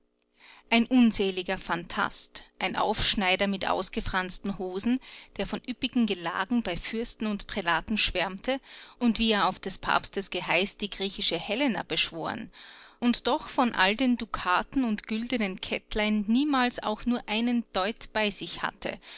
ein unseliger phantast ein aufschneider mit ausgefransten hosen der von üppigen gelagen bei fürsten und prälaten schwärmte und wie er auf des papstes geheiß die griechische helena beschworen und doch von all den dukaten und güldenen kettlein niemals auch nur einen deut bei sich hatte